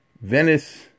Venice